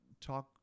talk